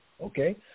okay